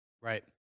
Right